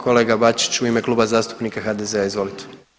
Kolega Bačić u ime Kluba zastupnika HDZ-a, izvolite.